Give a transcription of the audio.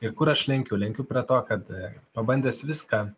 ir kur aš lenkiu lenkiu prie to kad pabandęs viską